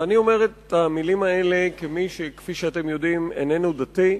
אני אומר את המלים האלה כמי שכפי שאתם יודעים איננו דתי,